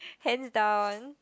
hands down